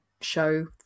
show